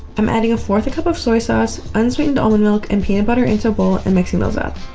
i'm adding a fourth a cup of soy sauce, unsweetened almond milk, and peanut butter into a bowl and mixing those up.